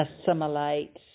assimilate